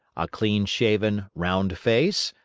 a clean-shaven, round face,